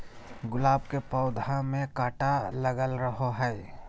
गुलाब के पौधा में काटा लगल रहो हय